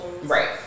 Right